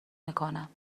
میکنم